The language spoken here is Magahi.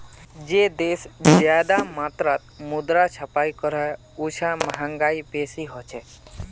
जे देश ज्यादा मात्रात मुद्रा छपाई करोह उछां महगाई बेसी होछे